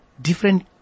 different